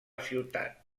ciutat